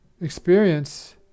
experience